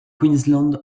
queensland